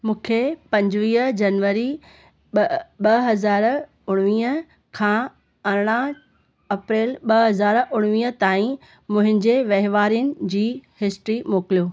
मूंखे पंजवीह जनवरी ॿ हज़ार उणिवीह खां अरिड़हं अप्रेल ॿ हज़ार उणिवीह ताईं मुंहिंजे वहिंवारनि जी हिस्ट्री मोकिलियो